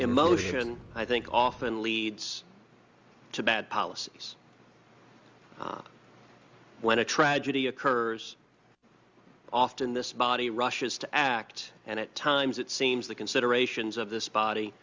emotion i think often leads to bad policies when a tragedy occurs often this body rushes to act and at times it seems that considerations of this body